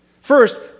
First